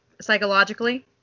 Psychologically